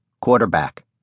quarterback